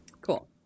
Cool